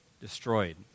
destroyed